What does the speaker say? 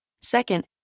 Second